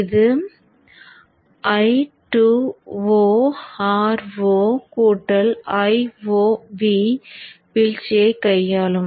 இது I2oRo IoV வீழ்ச்சியைக் கையாளும்